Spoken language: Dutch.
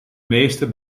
meester